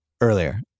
earlier